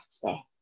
today